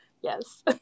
yes